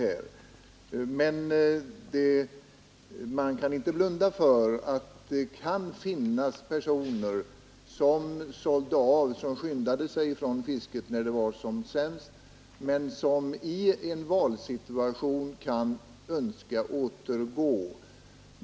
Det går emellertid inte att blunda för att det kan finnas personer som sålde sina båtar och skyndade sig från fisket när det var som sämst men som i en valsituation kan önska återgå.